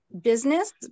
business